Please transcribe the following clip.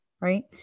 right